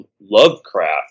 Lovecraft